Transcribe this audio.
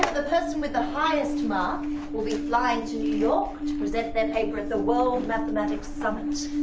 the person with the highest mark will be flying to new york to present their paper at the world mathematic summit.